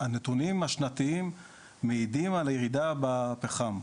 הנתונים השנתיים מעידים על הירידה בפחם.